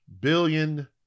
Billion